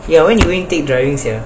when you going to take driving sia